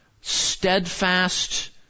steadfast